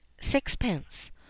sixpence